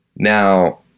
Now